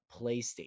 playstation